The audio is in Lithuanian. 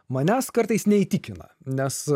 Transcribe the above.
manęs kartais neįtikina nes